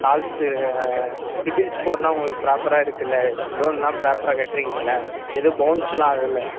calls CIBIL ஸ்கோர்ல்லாம் உங்களுக்கு ப்ராப்பராக இருக்குதுல்ல லோன்லாம் ப்ராப்பராக கட்டுறீங்க இல்லை எதுவும் பவுன்ஸ் எல்லாம் ஆகலை